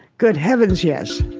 good heavens, yes